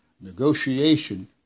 negotiation